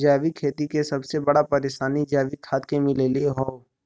जैविक खेती के सबसे बड़ा परेशानी जैविक खाद के मिलले हौ